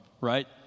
right